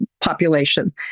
population